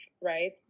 right